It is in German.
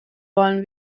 wollen